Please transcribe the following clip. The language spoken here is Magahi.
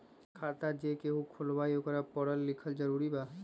खाता जे केहु खुलवाई ओकरा परल लिखल जरूरी वा?